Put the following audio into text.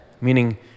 meaning